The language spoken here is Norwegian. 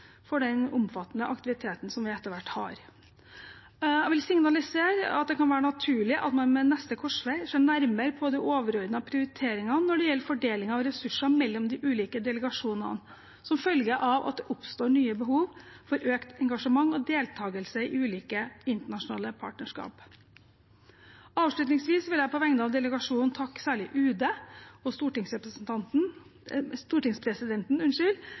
for den omfattende aktiviteten som vi etter hvert har. Jeg vil signalisere at det kan være naturlig at man ved neste korsvei ser nærmere på de overordnede prioriteringene når det gjelder fordeling av ressurser mellom de ulike delegasjonene, som følge av at det oppstår nye behov for økt engasjement og deltakelse i ulike internasjonale partnerskap. Avslutningsvis vil jeg på vegne av delegasjonen takke særlig UD og stortingspresidenten